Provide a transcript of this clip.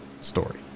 story